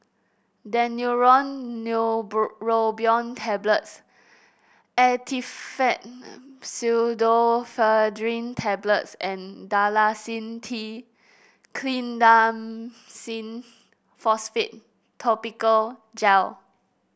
Daneuron Tablets Actifed Pseudoephedrine Tablets and Dalacin T Clindamycin Phosphate Topical Gel